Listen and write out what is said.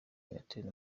itel